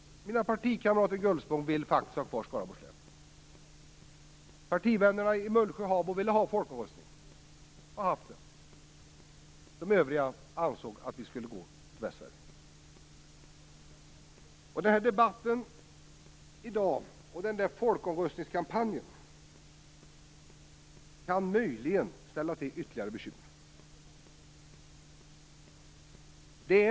Mina partikamrater i Gullspång vill faktiskt ha kvar Skaraborgs län. Partivännerna i Mullsjö/Habo ville ha en folkomröstning och har genomfört en sådan. De övriga ansåg att vi skulle gå till Västsverige. Debatten i dag och folkomröstningskampanjen kan möjligen ställa till ytterligare bekymmer.